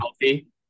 healthy